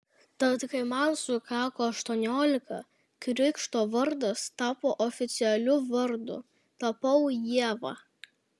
tad kai man sukako aštuoniolika krikšto vardas tapo oficialiu vardu tapau ieva